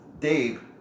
Dave